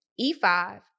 E5